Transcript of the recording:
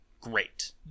great